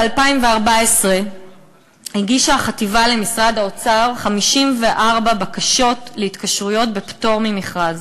ב-2014 הגישה החטיבה למשרד האוצר 54 בקשות להתקשרויות בפטור ממכרז.